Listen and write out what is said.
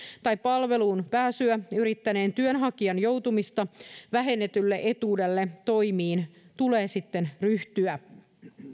tai palveluun pääsyä yrittäneen työnhakijan joutumista vähennetylle etuudelle toimiin tulee ryhtyä